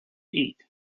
eat